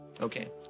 Okay